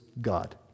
God